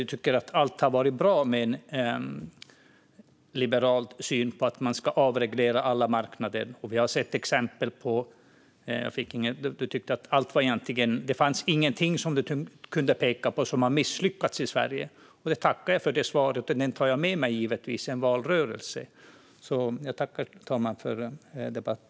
Du tycker att allt har varit bra, Arman Teimouri, med en liberal syn på att man ska avreglera alla marknader. Det finns ingenting du kan peka på som har misslyckats i Sverige. Jag tackar för det svaret. Det tar jag givetvis med mig in i valrörelsen.